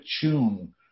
tune